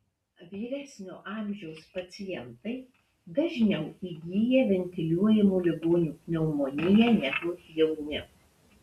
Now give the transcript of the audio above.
vyresnio amžiaus pacientai dažniau įgyja ventiliuojamų ligonių pneumoniją negu jauni